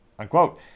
Unquote